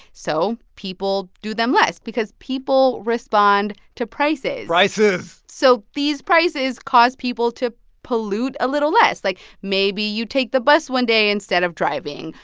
so people do them less because people respond to prices prices so these prices cause people to pollute a little less. like, maybe you take the bus one day instead of driving.